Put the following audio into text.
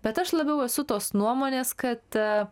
bet aš labiau esu tos nuomonės kad